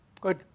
Good